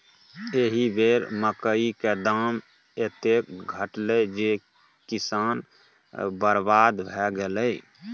एहि बेर मकई क दाम एतेक घटलै जे किसान बरबाद भए गेलै